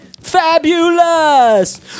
Fabulous